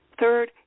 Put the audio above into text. Third